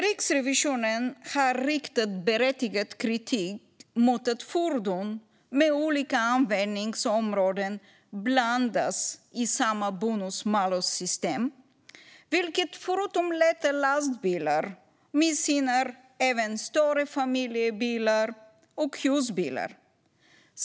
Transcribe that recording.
Riksrevisionen har riktat berättigad kritik mot att fordon med olika användningsområden blandas i samma bonus-malus-system, vilket förutom lätta lastbilar missgynnar även större familjebilar och husbilar.